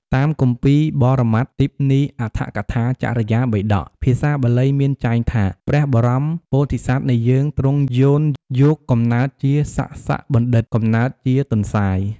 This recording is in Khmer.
តាមគម្ពីរបរមត្ថទីបនី អដ្ធកថា ចរិយាបិដក ភាសាបាលីមានចែងថា ព្រះបរមពោធិសត្វនៃយើងទ្រង់យោនយកកំណើតជាសសបណ្ឌិត «កំណើតជាទន្សាយ»។